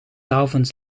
avonds